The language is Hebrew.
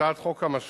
הצעת חוק המשכון,